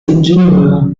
ingenieur